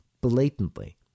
blatantly